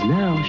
now